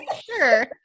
sure